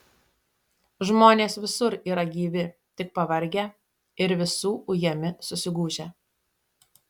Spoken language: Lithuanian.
žmonės visur yra gyvi tik pavargę ir visų ujami susigūžę